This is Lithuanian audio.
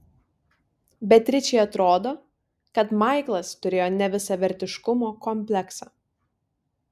beatričei atrodo kad maiklas turėjo nevisavertiškumo kompleksą